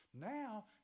Now